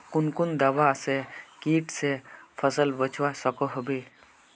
कुन कुन दवा से किट से फसल बचवा सकोहो होबे?